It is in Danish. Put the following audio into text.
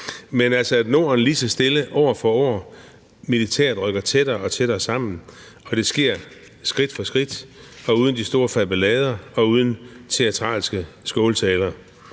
– at Norden lige så stille år for år militært rykker tættere og tættere sammen, og at det sker skridt for skridt og uden de store falbelader og uden teatralske skåltaler.